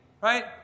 right